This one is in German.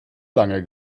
lange